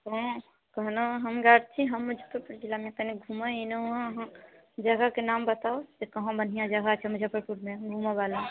हँ कहलहुँ हम गायत्री हम मुजफ्फरपुर जिलामे कनि घूमऽ एनहुँ हँ अहाँ जगहके नाम बताउ जे कहाँ बढ़िआँ जगह छै मुझफ्फरपुरमे घूमऽ बला